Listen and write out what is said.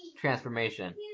transformation